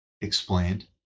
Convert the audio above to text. explained